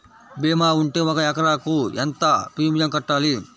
భీమా ఉంటే ఒక ఎకరాకు ఎంత ప్రీమియం కట్టాలి?